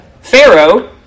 Pharaoh